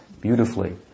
beautifully